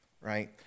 right